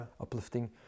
uplifting